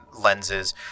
lenses